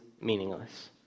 meaningless